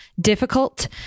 difficult